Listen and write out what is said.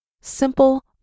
Simple